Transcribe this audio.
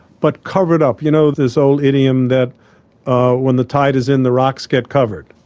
but covered up. you know this old idiom that ah when the tide is in, the rocks get covered.